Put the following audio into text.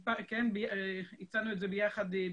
הצענו את זה ביחד,